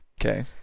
Okay